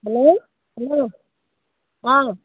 hello hello অঁ